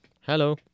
Hello